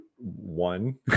one